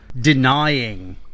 denying